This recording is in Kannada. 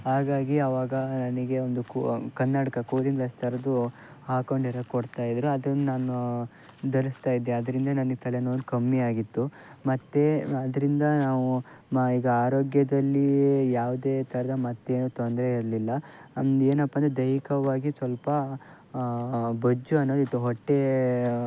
ಹಾಗಾಗಿ ಆವಾಗ ನನಗೆ ಒಂದು ಕೊ ಕನ್ನಡಕ ಕೂಲಿಂಗ್ ಗ್ಲಾಸ್ ಥರದ್ದು ಹಾಕೊಂಡಿರೋಕೆ ಕೊಡ್ತಾ ಇದ್ದರು ಅದನ್ನು ನಾನು ಧರಿಸ್ತಾ ಇದ್ದೆ ಅದರಿಂದ ನನಿಗೆ ತಲೆನೋವುದು ಕಮ್ಮಿ ಆಗಿತ್ತು ಮತ್ತೆ ಅದರಿಂದ ನಾವು ಮಾ ಈಗ ಆರೋಗ್ಯದಲ್ಲಿ ಯಾವುದೇ ಥರದ ಮತ್ತೇನು ತೊಂದರೆ ಇರಲಿಲ್ಲ ಏನಪ್ಪ ಅಂದರೆ ದೈಹಿಕವಾಗಿ ಸ್ವಲ್ಪ ಬೊಜ್ಜು ಅನ್ನೋದಿತ್ತು ಹೊಟ್ಟೆ